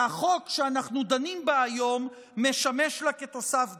שהחוק שאנחנו דנים בו היום משמש לה כתוסף דלק.